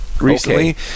recently